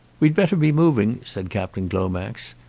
we'd better be moving, said captain glomax.